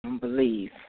believe